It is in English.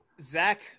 Zach